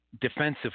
defensive